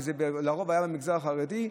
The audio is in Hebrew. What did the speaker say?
ולרוב זה היה במגזר החרדי,